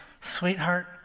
sweetheart